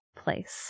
place